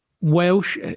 Welsh